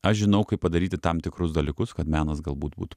aš žinau kaip padaryti tam tikrus dalykus kad menas galbūt būtų